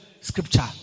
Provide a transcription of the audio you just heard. scripture